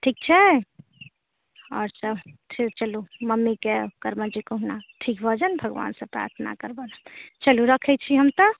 ठीक छै आओर सभ चलूँ मम्मीके करबनि कहुना ठीक भए जाइन भगवानसंँ प्रार्थना करबनि चलूँ रखैत छी हम तऽ